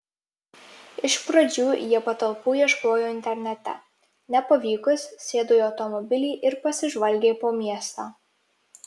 iš pradžių jie patalpų ieškojo internete nepavykus sėdo į automobilį ir pasižvalgė po miestą